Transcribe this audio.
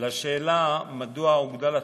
לשאלה מדוע הוגדל התקציב,